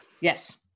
yes